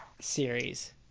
Series